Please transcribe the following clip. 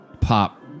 pop